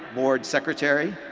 board secretary,